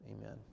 amen